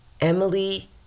Emily